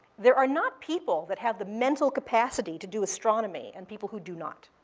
there are not people that have the mental capacity to do astronomy and people who do not.